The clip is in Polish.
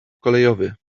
kolejowy